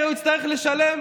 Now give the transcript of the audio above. פריפריה הוא יצטרך לשלם?